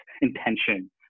intention